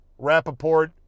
Rappaport